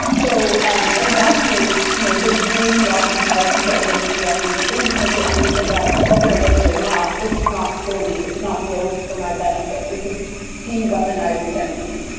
so um in that case, you know, they really lobbied hard to get rid of facial recognition because they understood that whether it works or not, this is not for me. this is not built for my benefit. this is being weaponized against me